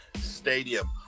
Stadium